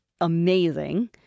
amazing